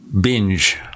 binge